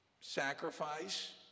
sacrifice